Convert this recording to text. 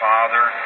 Father